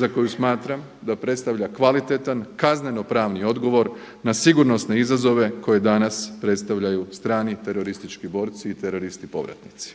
za koju smatram da predstavlja kvalitetan kazneno-pravni odgovor na sigurnosne izazove koje danas predstavljaju strani teroristički borci i teroristi povratnici.